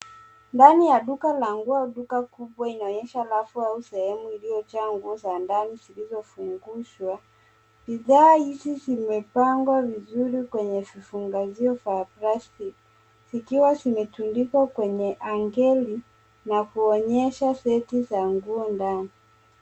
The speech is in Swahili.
Ndani ya duka la nguo au duka kubwa, inaonyesha rafu au sehemu iliyojaa na nguo za ndani zilizofungushwa. Bidhaa hizi zimepangwa vizuri kwenye vifungazio vya plastic , zikiwa zimetundikwa kwenye hangeri na kuonyesha seti za nguo ndani.